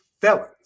felons